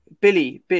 Billy